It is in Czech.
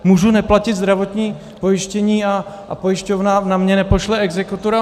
Můžu neplatit zdravotní pojištění a pojišťovna na mě nepošle exekutora?